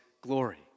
glory